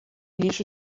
lixo